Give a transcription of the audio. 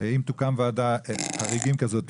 אם תוקם ועדת חריגים כזאת,